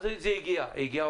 אז זה הגיע.